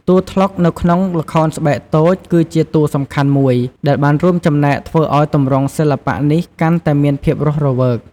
តួត្លុកកនៅក្នុងល្ខោនស្បែកតូច គឺជាតួសំខាន់មួយដែលបានរួមចំណែកធ្វើឱ្យទម្រង់សិល្បៈនេះកាន់តែមានភាពរស់រវើក ។